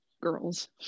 girls